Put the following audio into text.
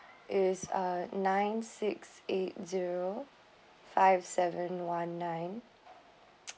is ah nine six eight zero five seven one nine